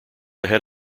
ahead